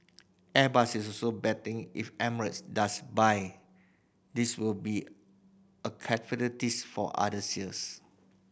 airbus is also betting if Emirates does buy this will be a for other sales